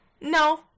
No